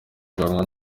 guhanwa